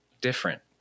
Different